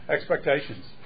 Expectations